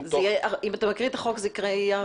תוך --- אם אתה מקריא את החוק זה יהיה הרבה יותר מדקה.